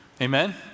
Amen